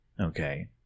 Okay